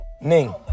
Ning